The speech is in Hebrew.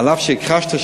אף שהכחשת,